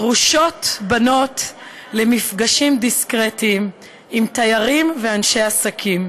דרושות בנות למפגשים דיסקרטיים עם תיירים ואנשי עסקי.